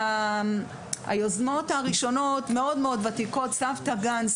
היוזמות הראשונות ותיקות מאוד: "סבתא גן",